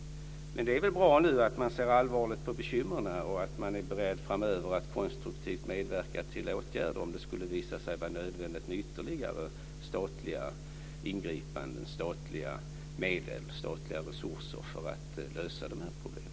Men det är bra att man ser allvarligt på bekymren och att man är beredd att framöver konstruktivt medverka till åtgärder om det skulle visa sig vara nödvändigt med ytterligare statliga ingripanden och resurser för att lösa problemen.